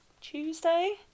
Tuesday